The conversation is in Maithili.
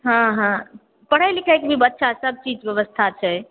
हँ हऽ पढ़े लिखेके बच्चा सब चीजके व्यवस्था छै